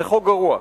זה חוק גרוע.